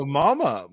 mama